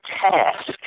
task